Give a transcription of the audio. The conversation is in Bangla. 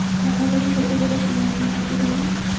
বাঁধাকপি ফেটে গেলে কোন অনুখাদ্য দেবো?